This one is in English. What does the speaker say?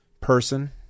person